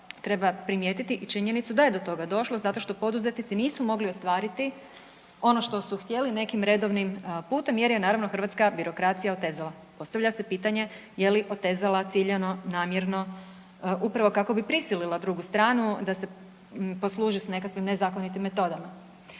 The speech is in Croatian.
treba primijetiti i činjenicu da je do toga došlo zato što poduzetnici nisu mogli ostvariti ono što su htjeli nekim redovnim putem jer je naravno hrvatska birokracija otezala. Postavlja se pitanje, je li otezala ciljano, namjerno upravo kako bi prisilila drugu stranu da se posluži se nekakvim nezakonitim metodama?